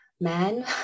man